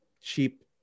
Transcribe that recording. cheap